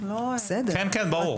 כן, ברור.